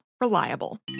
Reliable